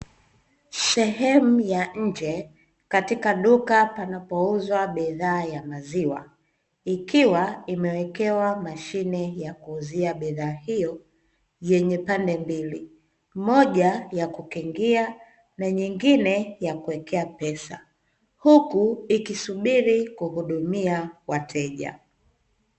Sehemu ya nje katika duka panapouzwa bidhaa ya maziwa, ikiwa imewekewa mashine ya kuuzia bidhaa hiyo, yenye pande mbili, moja ya kukingia na nyengine ya kuwekea pesa. Huku ikisubiri kuhudumia wateja.